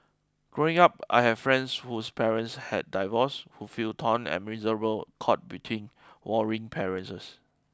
growing up I had friends whose parents had divorced who felt torn and miserable caught between warring parents